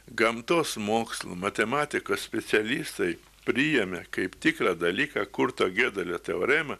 gamtos mokslų matematikos specialistai priėmė kaip tikrą dalyką kurto giodelio teoremą